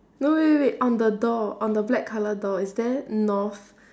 no wait wait on the door on the black colour door is there north